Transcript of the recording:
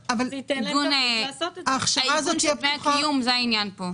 העיגון של דמי הקיום, זה העניין כאן.